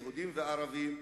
יהודים וערבים,